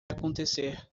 acontecer